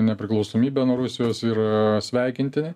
nepriklausomybę nuo rusijos yra sveikinti